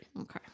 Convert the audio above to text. Okay